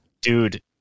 Dude